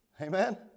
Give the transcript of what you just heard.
Amen